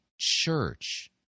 church